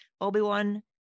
Obi-Wan